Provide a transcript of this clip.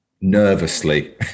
nervously